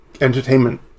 entertainment